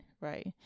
right